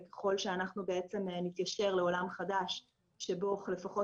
וככל שאנחנו נתיישר לעולם חדש שבו לפחות